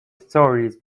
stories